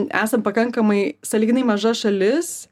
esam pakankamai sąlyginai maža šalis